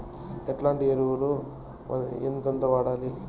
ఎట్లాంటి ఎరువులు ఎంతెంత వాడాలి?